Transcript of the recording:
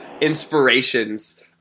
inspirations